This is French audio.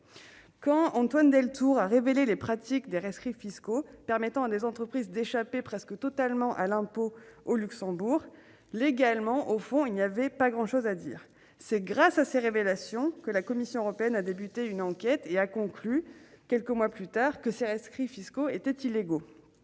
Quand Antoine Deltour a révélé les pratiques des rescrits fiscaux permettant légalement à des entreprises d'échapper presque totalement à l'impôt au Luxembourg, légalement, il n'y avait pas grand-chose à dire. C'est grâce à ses révélations que la Commission européenne a lancé une enquête et a conclu, quelques mois plus tard, que ces rescrits fiscaux étaient illégaux.